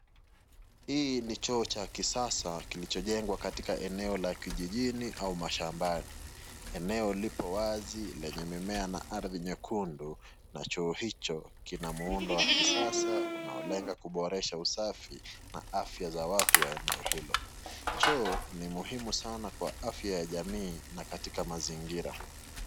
Hii ni choo cha kisasa kilichojengwa katika eneo la kijijini au mashambani. Eneo lipo wazi lenye mimea na ardhi nyekundu na choo hicho kina muundo wa kisasa unaolenga kuboresha usafi na afya za watu wa eneo hilo. Choo ni muhimu sana kwa afya ya jamii na katika mazingira.